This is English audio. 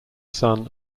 son